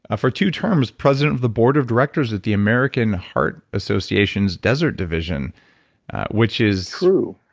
ah for two terms, president of the board of directors at the american heart association's desert division which is true.